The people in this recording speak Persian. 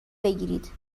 بگیرید